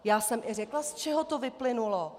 Já jsem i řekla, z čeho to vyplynulo.